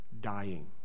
dying